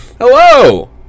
Hello